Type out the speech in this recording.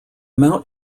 mount